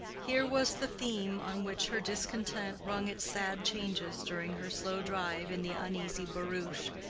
here was the theme on which her discontent rung its sad changes during her slow drive in the uneasy barouche,